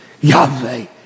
Yahweh